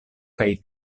kaj